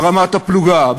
ברמת הפלוגה,